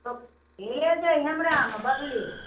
ले जाइ हमरामे बगलेमे